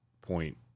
point